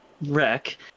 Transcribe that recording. wreck